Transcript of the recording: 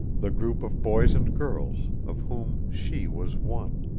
the group of boys and girls of whom she was one,